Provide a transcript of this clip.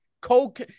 Coke